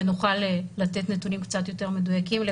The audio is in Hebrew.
ונוכל לתת נתונים קצת יותר מדויקים,